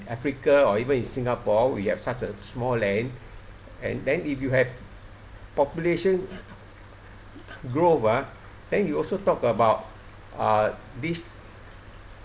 africa or even in singapore we have such a small land and then if you have population growth ah then you also talk about uh these